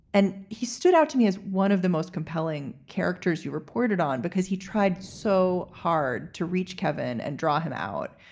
and he stood out to me as one of the most compelling characters you reported on because he tried so hard to reach kevin and draw him out.